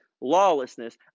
lawlessness